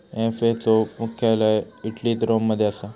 FAO चा मुख्यालय इटलीत रोम मध्ये असा